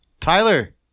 Tyler